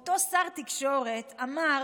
אותו שר תקשורת אמר